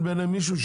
לא,